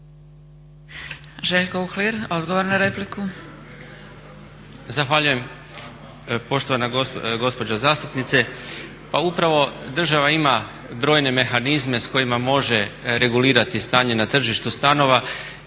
Željko Uhlir, odgovor na repliku. **Uhlir, Željko** Zahvaljujem poštovana gospođo zastupnice. Pa upravo država ima brojne mehanizme s kojima može regulirati stanje na tržištu stanova